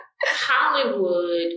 Hollywood